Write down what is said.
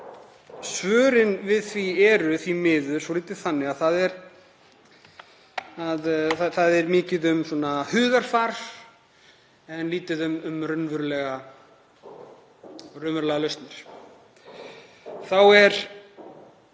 Svörin við því eru því miður svolítið þannig að það segir mikið um hugarfarið en það er lítið um raunverulegar lausnir. Þá er